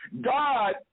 God